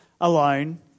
alone